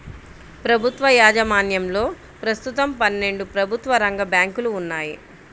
ప్రభుత్వ యాజమాన్యంలో ప్రస్తుతం పన్నెండు ప్రభుత్వ రంగ బ్యాంకులు ఉన్నాయి